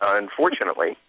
unfortunately